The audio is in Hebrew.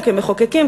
כמחוקקים,